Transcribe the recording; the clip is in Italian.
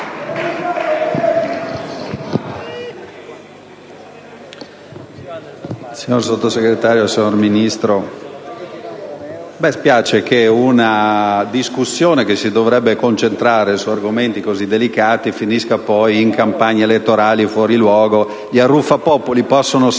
signor Sottosegretario, a me spiace che una discussione che si dovrebbe concentrare su argomenti così delicati finisca per tradursi poi in campagne elettorali fuori luogo. Gli arruffapopoli possono servire